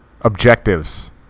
objectives